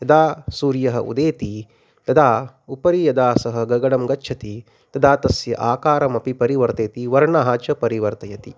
यदा सूर्यः उदेति तदा उपरि यदा सः गगनं गच्छति तदा तस्य आकारमपि परिवर्तयति वर्णः च परिवर्तयति